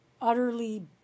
utterly